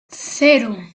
cero